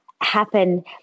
happen